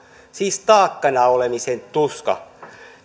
siis taakkana olemisen tuska